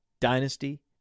dynasty